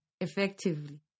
effectively